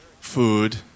Food